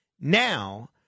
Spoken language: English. now